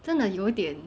真的有一点